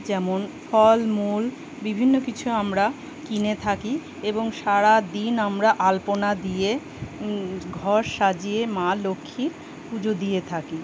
যেমন ফলমূল বিভিন্ন কিছু আমরা কিনে থাকি এবং সারা দিন আমরা আলপনা দিয়ে ঘর সাজিয়ে মা লক্ষ্মীর পুজো দিয়ে থাকি